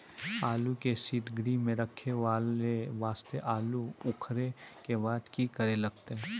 आलू के सीतगृह मे रखे वास्ते आलू उखारे के बाद की करे लगतै?